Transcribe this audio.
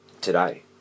today